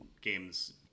games